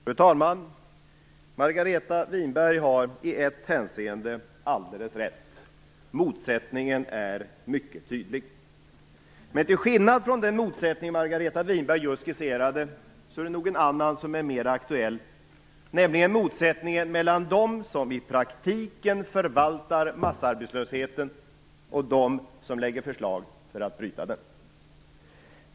Fru talman! Margareta Winberg har i ett hänseende alldeles rätt. Motsättningen är mycket tydlig. Men till skillnad från den motsättning som Margareta Winberg just skisserade är det nog en annan som är mera aktuell, nämligen motsättningen mellan dem som i praktiken förvaltar massarbetslösheten och dem som lägger förslag för att bryta den.